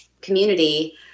community